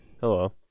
hello